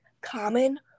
common